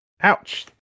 Ouch